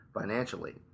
financially